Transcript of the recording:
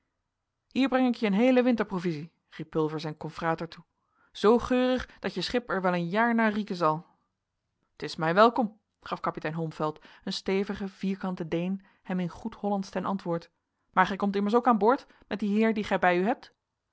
hier breng ik je een heele winterprovisie riep pulver zijn confrater toe zoo geurig dat je schip er wel een jaar naar rieken zal t is mij welkom gaf kapitein holmfeld een stevige vierkante deen hem in goed hollandsch ten antwoord maar gij komt immers ook aan boord met dien heer dien gij bij u hebt